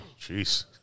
jeez